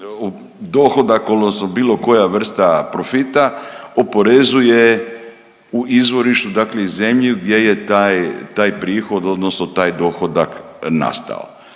odnosno bilo koja vrsta profita oporezuje u izvorištu i dakle zemlji gdje je tak prihod odnosno taj dohodak nastao.